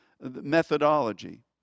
methodology